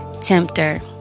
tempter